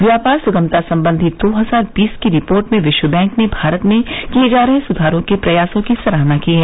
व्यापार सुगमता संबंधी दो हजार बीस की रिपोर्ट में विश्व बैंक ने भारत में किए जा रहे सुधारों के प्रयासों की सराहना की है